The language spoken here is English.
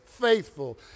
faithful